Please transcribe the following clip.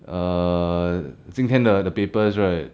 err 今天的 the papers right